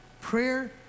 prayer